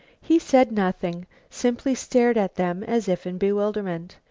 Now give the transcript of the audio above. he said nothing, simply stared at them as if in bewilderment.